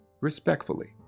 respectfully